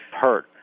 hurt